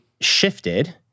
shifted